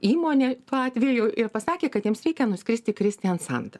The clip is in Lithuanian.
įmonė tuo atveju ir pasakė kad jiems reikia nuskristi į kristiansandą